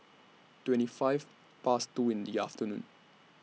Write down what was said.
twenty five Past two in The afternoon